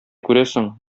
күрәсең